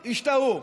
השתהו.